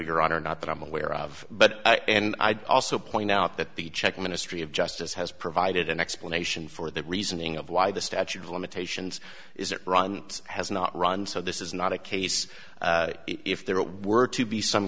your honor not that i'm aware of but and i'd also point out that the czech ministry of justice has provided an explanation for that reasoning of why the statute of limitations is that run has not run so this is not a case if there were to be some